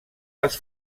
les